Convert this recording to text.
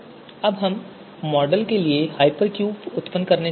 अब हम मॉडल के लिए हाइपरक्यूब उत्पन्न करने जा रहे हैं